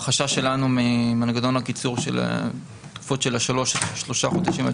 החשש שלנו ממנגנון הקיצור של שלושת החודשים עד